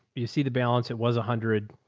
you see the balance. it was a hundred.